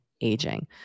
aging